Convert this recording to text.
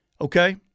Okay